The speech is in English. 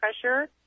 pressure